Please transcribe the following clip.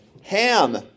ham